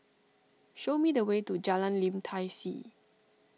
show me the way to Jalan Lim Tai See